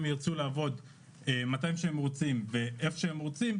ירצו לעבוד מתי שהם רוצים ואיך שהם רוצים,